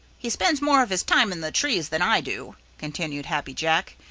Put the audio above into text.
he spends more of his time in the trees than i do, continued happy jack,